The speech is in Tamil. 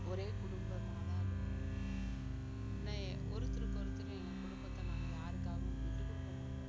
ஒரே குடும்பமாக தான் இருப்போம் நே ஒருத்தருக்கு ஒருத்தர் எங்கள் குடும்பத்தை நாங்கள் யாருக்காகவும் விட்டுக் கொடுக்க மாட்டோம்